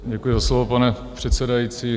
Děkuji za slovo, pane předsedající.